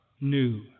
new